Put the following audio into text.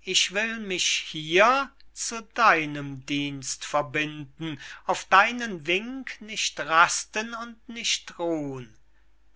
ich will mich hier zu deinem dienst verbinden auf deinen wink nicht rasten und nicht ruhn